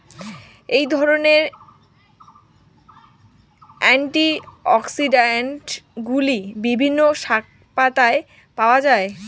এই ধরনের অ্যান্টিঅক্সিড্যান্টগুলি বিভিন্ন শাকপাতায় পাওয়া য়ায়